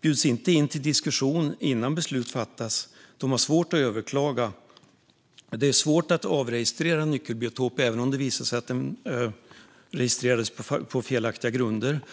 bjuds inte in till diskussion innan beslut fattas. De har svårt att överklaga. Det är svårt att avregistrera en nyckelbiotop, även om det visar sig att den registrerats på felaktiga grunder.